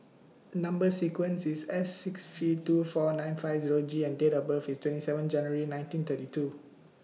Number sequence IS S six three two four nine five Zero G and Date of birth IS twenty seven January nineteen thirty two